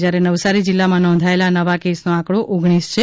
જ્યારે નવસારી જિલ્લામાં નોંધાયેલા નવા કેસનો આંકડો ઓગણીશ છે